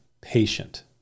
patient